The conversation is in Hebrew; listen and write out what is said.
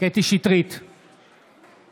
קטי קטרין שטרית,